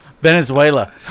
Venezuela